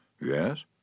Yes